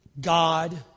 God